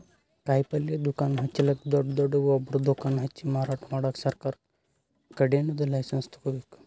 ಕಾಯಿಪಲ್ಯ ದುಕಾನ್ ಹಚ್ಚಲಕ್ಕ್ ದೊಡ್ಡ್ ದೊಡ್ಡ್ ಗೊಬ್ಬರ್ ದುಕಾನ್ ಹಚ್ಚಿ ಮಾರಾಟ್ ಮಾಡಕ್ ಸರಕಾರ್ ಕಡೀನ್ದ್ ಲೈಸನ್ಸ್ ತಗೋಬೇಕ್